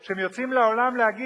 שהם יוצאים לעולם להגיד